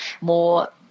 more